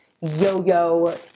yo-yo